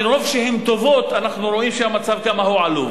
מרוב שהן טובות אנחנו רואים את המצב כמה הוא עלוב.